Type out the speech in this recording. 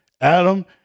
Adam